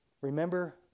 Remember